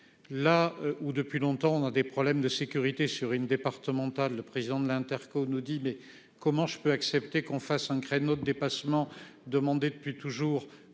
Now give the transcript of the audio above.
là où depuis longtemps dans des problèmes de sécurité sur une départementale, le président de l'Interco nous dit mais comment je peux accepter qu'on fasse un créneau de dépassement demandé depuis toujours